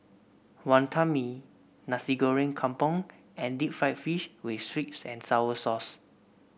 Wantan Mee Nasi Goreng Kampung and Deep Fried Fish with sweet and sour sauce